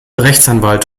rechtsanwalt